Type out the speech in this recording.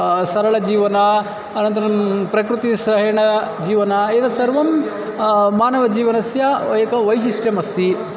सरलजीवनम् अनन्तरं प्रकृतिसहेण जीवनं एतत् सर्वं मानवजीवनस्य एकं वैशिष्ट्यमस्ति